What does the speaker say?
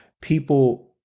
people